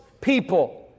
people